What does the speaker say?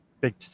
big